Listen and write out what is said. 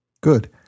Good